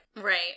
Right